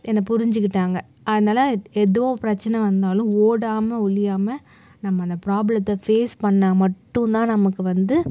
என்ன புரிஞ்சிக்கிட்டாங்க அதனால் எது பிரச்சன வந்தாலும் ஓடாமல் ஒளியாமல் நம்ம அந்த பிராபளத்த ஃபேஸ் பண்ணால் மட்டும்தான் நமக்கு வந்து